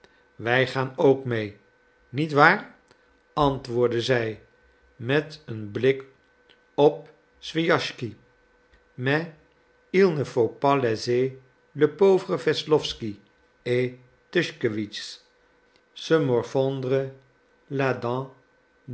wij gaan ook mee niet waar antwoordde zij met een blik op swijaschsky mais il ne faut pas laisser le pauvre wesslowsky et tuschkewitsch se morfondre la